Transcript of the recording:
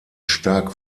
stark